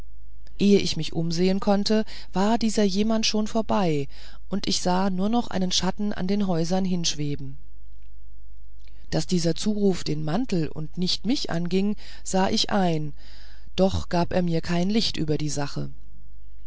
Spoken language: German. ehe ich mich aber umsehen konnte war dieser jemand schon vorbei und ich sah nur noch einen schatten an den häusern hinschweben daß dieser zuruf den mantel und nicht mich anging sah ich ein doch gab er mir kein licht über die sache